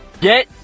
Get